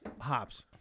Hops